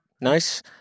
Nice